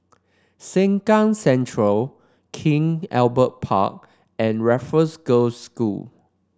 Sengkang Central King Albert Park and Raffles Girls' School